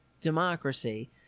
democracy